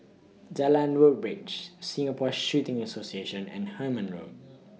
Jalan Woodbridge Singapore Shooting Association and Hemmant Road